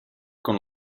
con